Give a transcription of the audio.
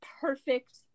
perfect